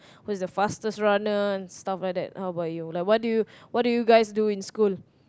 who's the fastest runner and stuff like that how about you like what do you what do you guys do in school